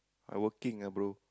I working lah bro